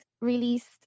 released